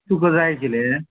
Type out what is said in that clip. तुका जाय आशिल्ले